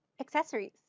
Accessories